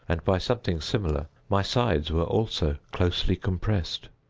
and by something similar my sides were, also, closely compressed.